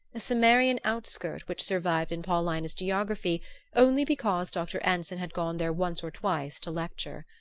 a cimmerian outskirt which survived in paulina's geography only because dr. anson had gone there once or twice to lecture.